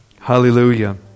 Hallelujah